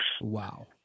Wow